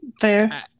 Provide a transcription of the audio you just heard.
Fair